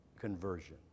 conversion